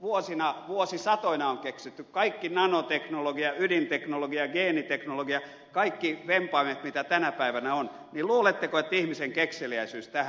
vuosina vuosisatoina on keksitty kaikki nanoteknologia ydinteknologia geeniteknologia kaikki vempaimet mitä tänä päivänä on niin luuletteko että ihmisen kekseliäisyys tähän päättyy